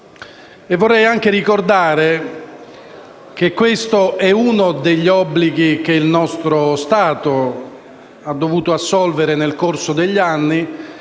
Vorrei altresì ricordare che il presente è uno degli obblighi che il nostro Stato ha dovuto assolvere nel corso degli anni